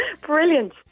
Brilliant